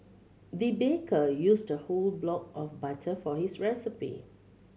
the baker used a whole block of butter for his recipe